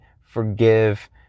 forgive